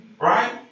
Right